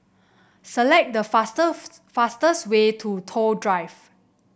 select the fast fastest way to Toh Drive